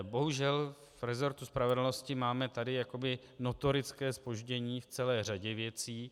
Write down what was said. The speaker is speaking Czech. Bohužel v resortu spravedlnosti máme tady jakoby notorické zpoždění v celé řadě věcí.